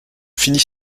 finis